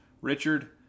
Richard